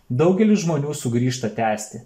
daugelis žmonių sugrįžta tęsti